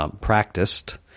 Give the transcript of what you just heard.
Practiced